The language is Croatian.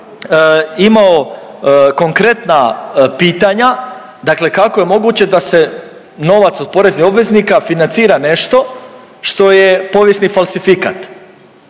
imao konkretna pitanja dakle kako je moguće da se novac od poreznih obveznika financira nešto što je povijesni falsifikat?